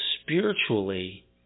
spiritually